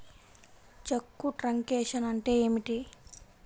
చెక్కు truncation అంటే ఏమిటి?